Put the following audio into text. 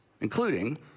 including